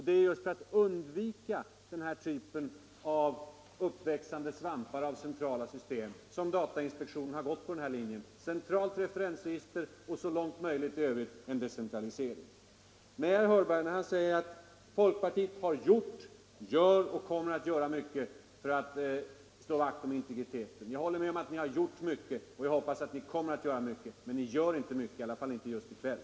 Det är just för att undvika den här typen av uppväxande svampar av centrala system som datainspektionen har gått på linjen centralt referensregister och så långt möjligt i övrigt en decentralisering. Slutligen säger herr Hörberg att folkpartiet har gjort, gör och kommer att göra mycket för att slå vakt om integriteten. Jag håller med om att ni har gjort mycket och jag hoppas att ni kommer att göra mycket, men ni gör inte mycket, i alla fall inte just i kväll.